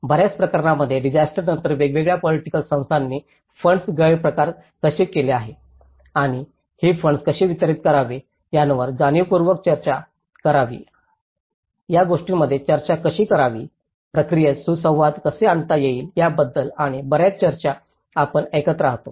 बर्याच प्रकरणांमध्ये डिसास्टरनंतर वेगवेगळ्या पोलिटिकल संस्थांनी फंड्सचे गैरप्रकार कसे केले आणि हे फंड्स कसे वितरित करावे त्यावर जाणीवपूर्वक कशी चर्चा करावी आणि या गोष्टींमध्ये चर्चा कशी करावी प्रक्रियेत सुसंवाद कसे आणता येईल याबद्दल आणि बर्याच चर्चा आपण ऐकत राहतो